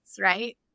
right